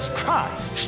Christ